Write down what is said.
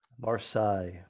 Marseille